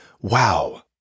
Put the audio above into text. wow